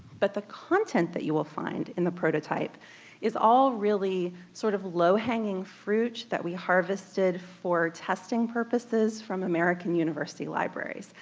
but the content that you will find in the prototype is all really sort of low-hanging fruit that we harvested for testing purposes from american university libraries.